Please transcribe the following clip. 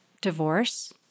divorce